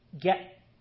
get